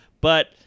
but-